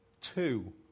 two